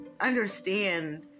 understand